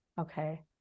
okay